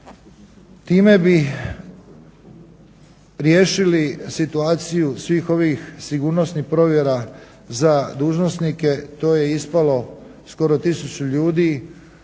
Time bi riješili situaciju svih ovih sigurnosnih provjera za dužnosnike, to je ispalo skoro 1000 ljudi,